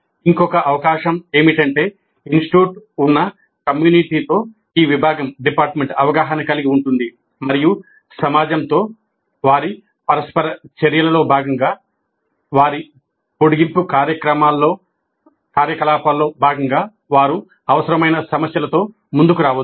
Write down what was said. ఇంకొక అవకాశం ఏమిటంటే ఇన్స్టిట్యూట్ ఉన్న కమ్యూనిటీతో ఈ విభాగం అవగాహన కలిగి ఉంటుంది మరియు సమాజంతో వారి పరస్పర చర్యలలో భాగంగా వారి పొడిగింపు కార్యకలాపాల్లో భాగంగా వారు అవసరమైన సమస్యలతో ముందుకు రావచ్చు